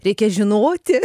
reikia žinoti